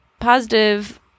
Positive